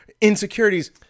insecurities